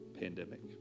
pandemic